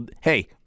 hey